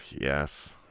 Yes